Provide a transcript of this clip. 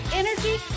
energy